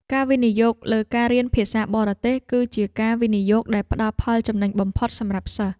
ការវិនិយោគលើការរៀនភាសាបរទេសគឺជាការវិនិយោគដែលផ្តល់ផលចំណេញបំផុតសម្រាប់សិស្ស។